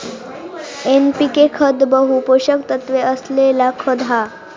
NPK खत बहु पोषक तत्त्व असलेला खत हा